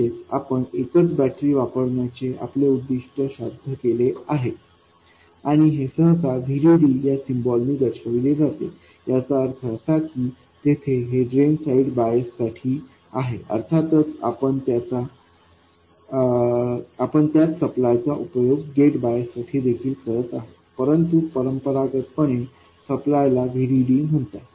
म्हणजेच आपण एकच बॅटरी वापरण्याचे आपले उद्दीष्ट साध्य केले आहे आणि हे सहसा VDD या सिम्बॉल नी दर्शवले जाते याचा अर्थ असा की तेथे हे ड्रेन साइड बायस साठी आहे अर्थातच आपण त्याच सप्लायचा उपयोग गेट बायस साठी देखील करत आहोत परंतु परंपरागतपणे सप्लाय ला VDDम्हणतात